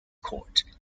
court